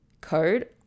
code